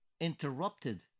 interrupted